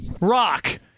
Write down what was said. rock